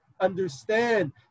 understand